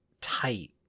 tight